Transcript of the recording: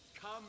come